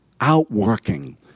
outworking